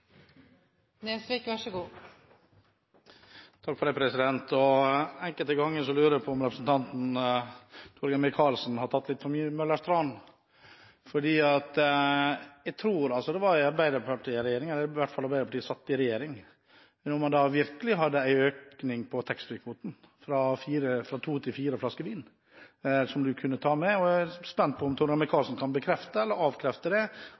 Enkelte ganger lurer jeg på om representanten Torgeir Micaelsen har tatt litt for mye Møllers tran, for jeg tror det var da Arbeiderpartiet satt i regjering at man virkelig økte taxfree-kvoten man kunne ta med, fra to til fire flasker vin. Jeg er spent på om Torgeir Micaelsen kan bekrefte eller avkrefte det,